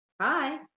hi